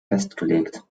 festgelegt